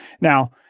Now